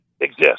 exist